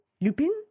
Lupin